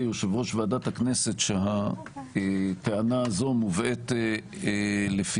יושב-ראש ועדת הכנסת שהטענה זו מובאת לפתחו,